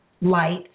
light